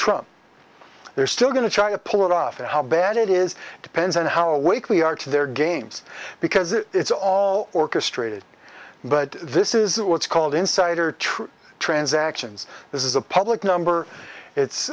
trump they're still going to try to pull it off and how bad it is depends on how awake we are to their games because it's all orchestrated but this is what's called insider truth transactions this is a public number it's